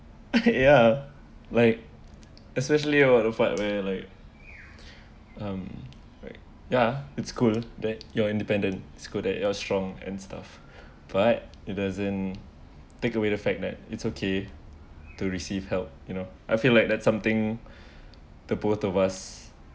ya like especially about the part where like um right ya it's cool that you're independent it's good that you are strong and stuff but it doesn't take away the fact that it's okay to receive help you know I feel like that something the both of us